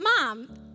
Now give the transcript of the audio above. mom